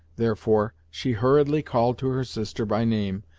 therefore, she hurriedly called to her sister by name,